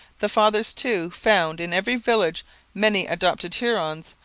the fathers, too, found in every village many adopted hurons,